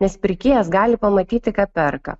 nes pirkėjas gali pamatyti ką perka